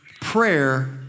Prayer